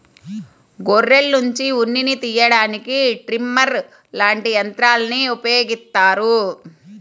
గొర్రెల్నుంచి ఉన్నిని తియ్యడానికి ట్రిమ్మర్ లాంటి యంత్రాల్ని ఉపయోగిత్తారు